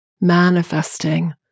manifesting